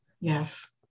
Yes